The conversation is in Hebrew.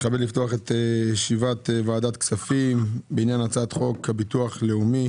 אני מתכבד לפתוח את ישיבת ועדת הכספים בעניין הצעת חוק הביטוח הלאומי